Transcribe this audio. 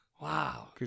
Wow